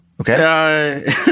Okay